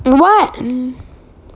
what